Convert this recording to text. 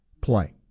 play